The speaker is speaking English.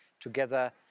together